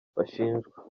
bashinjwa